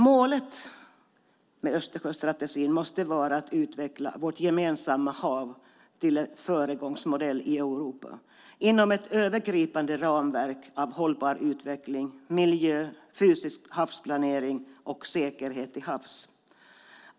Målet med Östersjöstrategin måste vara att utveckla vårt gemensamma hav till en föregångsmodell i Europa, inom ett övergripande ramverk av hållbar utveckling, miljö, fysisk havsplanering och säkerhet till havs.